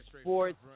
Sports